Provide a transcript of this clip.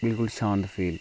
बिलकुल शांत फील